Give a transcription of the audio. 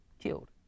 killed